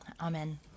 Amen